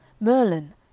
Merlin